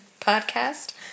podcast